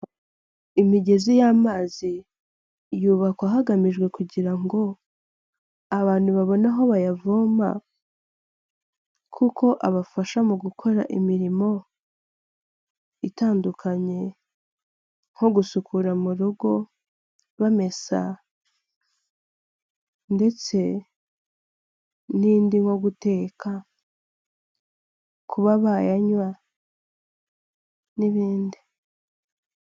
Imigezi y'amazi yubakwa hagamijwe kugira ngo abantu babone aho bayavoma kuko abafasha mu gukora imirimo itandukanye nko gusukura mu rugo, bamesa ndetse n'indi nko guteka, kuba bayanywa n'ibindi.